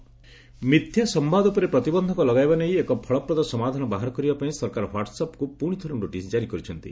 WhatsApp notice ମିଥ୍ୟା ସମ୍ଭାଦ ଉପରେ ପ୍ରତିବନ୍ଧକ ଲଗାଇବା ନେଇ ଏକ ଫଳପ୍ରଦ ସମାଧାନ ବାହାର କରିବା ପାଇଁ ସରକାର ହ୍ୱାଟସ୍ଅପ୍କୁ ପୁଣି ଥରେ ନୋଟିସ୍ ଜାରୀ କରିଛନ୍ତି